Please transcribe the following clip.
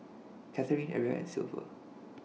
Katharine Aria and Silver